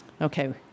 Okay